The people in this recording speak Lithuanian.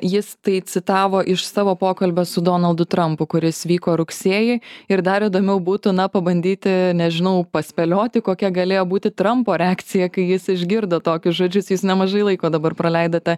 jis tai citavo iš savo pokalbio su donaldu trampu kuris vyko rugsėjį ir dar įdomiau būtų na pabandyti nežinau paspėlioti kokia galėjo būti trampo reakcija kai jis išgirdo tokius žodžius jūs nemažai laiko dabar praleidote